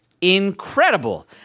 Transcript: incredible